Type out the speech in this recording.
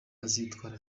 azitwara